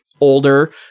older